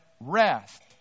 rest